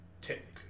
technically